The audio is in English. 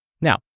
Now